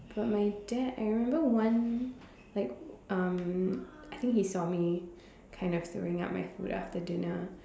but my dad I remember one like um I think he saw me kind of throwing up my food after dinner